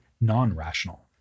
non-rational